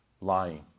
lying